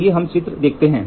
आइए हम चित्र देखते हैं